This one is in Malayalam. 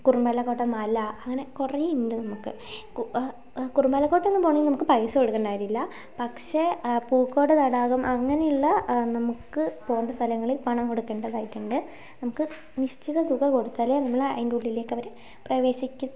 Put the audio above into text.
കുറുമലക്കോട്ട മല അങ്ങനെ കുറേ ഉണ്ട് നമുക്ക് കുറുമലക്കോട്ടയൊന്നും പോകണമെങ്കിൾ നമുക്ക് പൈസ കൊടുക്കേണ്ട കാര്യമില്ല പക്ഷേ പൂക്കോട് തടാകം അങ്ങനെയുള്ള നമുക്ക് പോകേണ്ട സ്ഥലങ്ങളിൽ പണം കൊടുക്കേണ്ടതായിട്ടുണ്ട് നമുക്ക് നിശ്ചിത തുക കൊടുത്താലെ നമ്മളെ അതിൻ്റെ ഉള്ളിലേക്ക് അവർ